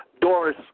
Doris